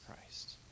Christ